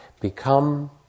Become